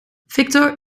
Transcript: victor